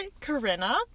Corinna